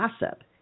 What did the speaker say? gossip